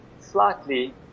slightly